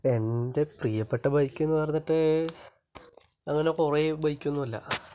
എൻ്റെ പ്രിയ്യപ്പെട്ട ബൈക്ക് എന്ന് പറഞ്ഞിട്ട് അങ്ങനെ കുറേ ബൈക്കൊന്നുമില്ല